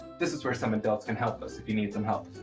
this is where some adults can help us if you need some help.